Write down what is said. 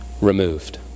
removed